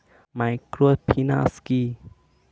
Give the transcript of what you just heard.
Microfinance কি?